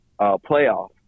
playoff